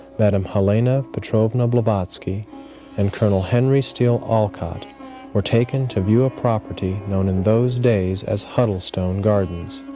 madame helena petrovna blavatsky and colonel henry steele olcott were taken to view a property known in those days as huddlestone gardens.